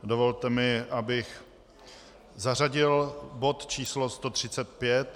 Dovolte mi, abych zařadil bod číslo 135.